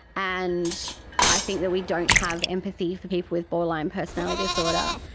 and i think that we don't have empathy for people with borderline personality disorder.